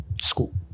school